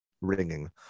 ringing